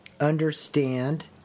understand